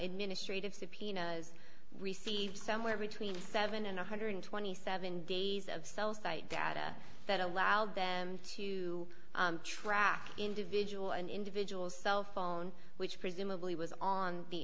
administrative subpoena has received somewhere between seven and one hundred and twenty seven days of cell site data that allowed them to track individual an individual cell phone which presumably was on the